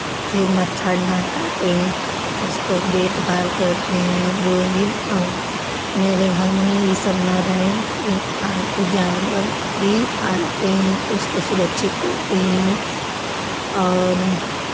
फिर मच्छर ना काटे उसको देखभाल करते हैं मेरे घर में ये सब ना रहे ये फालतू जानवर भी पालते हैं तो उसको सुरक्षित करते हैं और